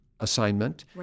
assignment